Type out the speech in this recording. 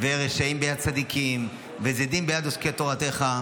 ורשעים בצדיקים, בזדים ביד עוסקי תורתך".